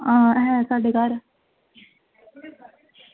आं ऐ साढ़े घर